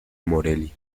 morelia